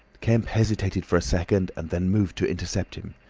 kemp hesitated for a second and then moved to intercept him.